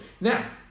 Now